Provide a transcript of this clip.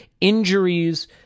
injuries